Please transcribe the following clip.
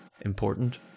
important